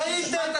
טעיתם.